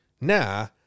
Now